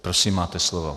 Prosím, máte slovo.